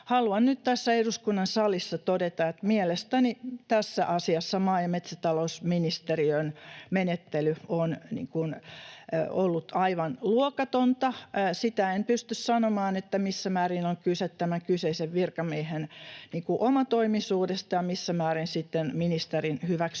Haluan nyt tässä eduskunnan salissa todeta, että mielestäni tässä asiassa maa- ja metsätalousministeriön menettely on ollut aivan luokatonta. Sitä en pysty sanomaan, missä määrin on kyse tämän kyseisen virkamiehen omatoimisuudesta ja missä määrin ministerin hyväksyntä